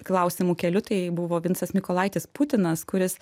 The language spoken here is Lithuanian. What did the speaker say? klausimų keliu tai buvo vincas mykolaitis putinas kuris